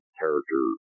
character